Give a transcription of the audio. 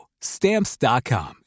Stamps.com